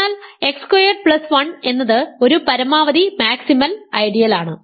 അതിനാൽ x squared plus 1 എന്നത് ഒരു പരമാവധി മാക്സിമൽ ഐഡിയലാണ്